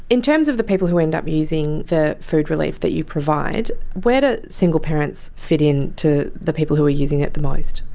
in terms of the people who end up using the food relief that you provide, where do single parents fit in to the people who are using it the most?